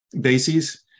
bases